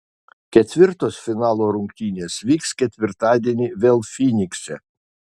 ketvirtos finalo rungtynės vyks ketvirtadienį vėl fynikse